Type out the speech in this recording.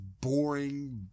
boring